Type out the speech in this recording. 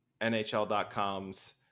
NHL.com's